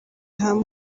hamwe